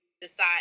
decide